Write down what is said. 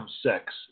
Sex